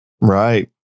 Right